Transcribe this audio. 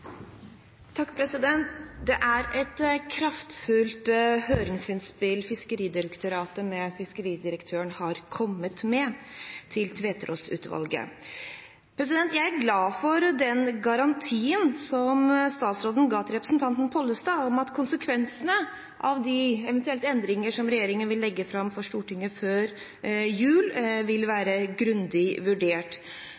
et kraftfullt høringsinnspill Fiskeridirektoratet v/fiskeridirektøren har kommet med til Tveterås-utvalget. Jeg er glad for den garantien som statsråden ga representanten Pollestad om at konsekvensene av de eventuelle endringer som regjeringen vil legge fram for Stortinget før jul, vil være grundig vurdert.